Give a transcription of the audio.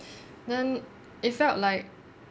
then it felt like